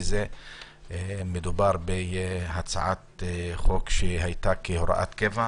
מדובר בהצעת חוק שהיתה כהוראת שעה,